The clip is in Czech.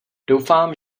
doufám